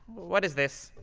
what is this?